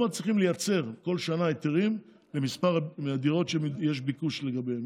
לא מצליחים לייצר כל שנה היתרים למספר הדירות שיש ביקוש לגביהן,